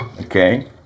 okay